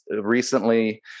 recently